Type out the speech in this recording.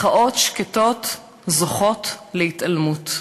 מחאות שקטות זוכות להתעלמות.